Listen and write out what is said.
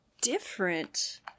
different